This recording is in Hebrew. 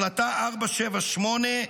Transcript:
החלטה 478,